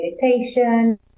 meditation